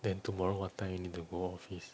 then tomorrow what time you need to go office